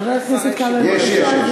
חבר הכנסת כבל, יש, יש.